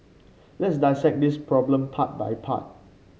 let's dissect this problem part by part